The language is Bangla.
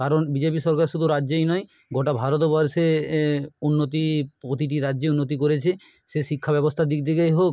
কারণ বিজেপি সরকার শুধু রাজ্যেই নয় গোটা ভারতবর্ষে এ উন্নতি প্রতিটি রাজ্যে উন্নতি করেছে সে শিক্ষা ব্যবস্থার দিক দিগেই হোক